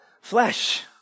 flesh